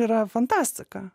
yra fantastika